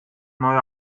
neuer